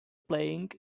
playing